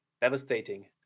devastating